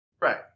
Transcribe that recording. Right